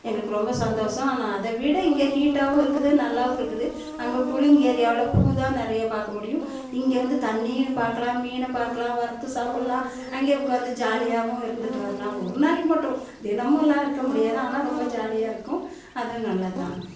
எங்களுக்கு ரொம்ப சந்தோஷம் ஆனால் அதை விட இங்கே ஹீட்டாகவும் இருக்குது நல்லாவும் இருக்குது அங்கே கூலிங் ஏரியாவில் பூ தான் நிறைய பார்க்க முடியும் இங்கே வந்து தண்ணியும் பார்க்கலாம் மீன் பார்க்கலாம் வறுத்து சாப்பிட்லாம் அங்கேயே உட்காந்து ஜாலியாகவும் இருந்துட்டு வரலாம் ஒரு நாளைக்கு மட்டும் தினமுலாம் இருக்க முடியாது ஆனால் ரொம்ப ஜாலியாக இருக்கும் அதுவும் நல்லதுதான்